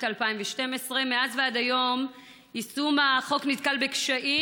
2012. מאז ועד היום יישום החוק נתקל בקשיים,